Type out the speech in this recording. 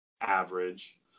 average